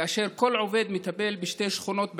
כאשר כל עובד מטפל בשתי שכונות בעיר,